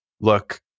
look